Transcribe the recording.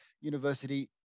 University